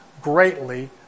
greatly